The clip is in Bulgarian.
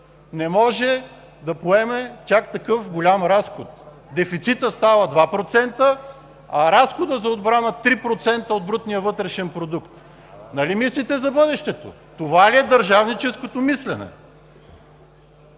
не може да поеме чак такъв голям разход – дефицитът става 2%, а разходът за отбрана – 3% от брутния вътрешен продукт. Нали мислите за бъдещето?! Това ли е държавническото мислене?!